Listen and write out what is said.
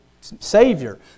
Savior